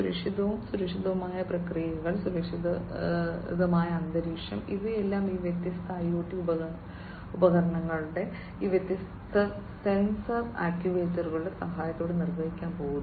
സുരക്ഷിതവും സുരക്ഷിതവുമായ പ്രക്രിയകൾ സുരക്ഷിതവും സുരക്ഷിതവുമായ അന്തരീക്ഷം ഇവയെല്ലാം ഈ വ്യത്യസ്ത IoT ഉപകരണങ്ങളുടെ ഈ വ്യത്യസ്ത സെൻസർ ആക്യുവേറ്ററുകളുടെ സഹായത്തോടെ നിർവഹിക്കാൻ പോകുന്നു